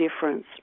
difference